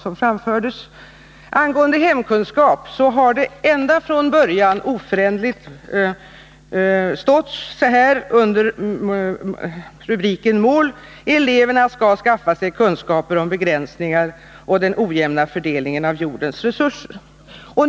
När det gäller hemkunskap har det från början oföränderligt stått så här under rubriken mål: Eleverna skall skaffa sig kunskaper om begränsningar och den ojämna fördelningen av jordens resurser.